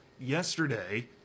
yesterday